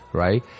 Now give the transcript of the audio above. right